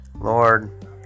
Lord